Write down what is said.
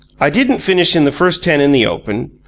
i didn't finish in the first ten in the open,